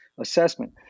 assessment